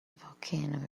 volcano